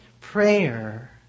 prayer